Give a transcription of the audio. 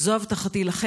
זו הבטחתי לכם.